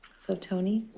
so tony,